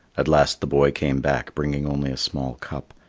at last the boy came back bringing only a small cup,